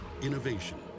Innovation